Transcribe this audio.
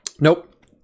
Nope